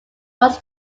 was